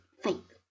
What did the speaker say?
faith